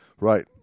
right